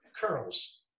curls